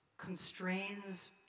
constrains